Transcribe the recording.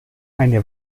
eine